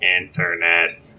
internet